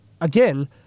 again